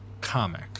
comic